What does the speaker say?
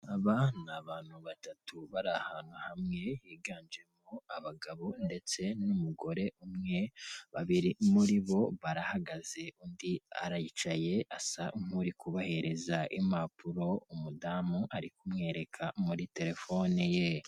Aba ni abantu batatu bari ahantu hamwe higanjemo abagabo ndetse n'umugore umwe, babiri muri bo barahagaze undi arayicaye asa nk'uri kubabahereza impapuro, umudamu ari kumwereka muri telefone ye.